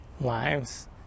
lives